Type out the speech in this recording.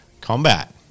combat